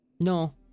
No